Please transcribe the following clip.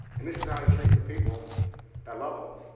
and this is how he treats the people that love him.